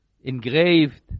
engraved